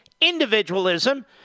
individualism